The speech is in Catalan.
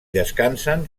descansen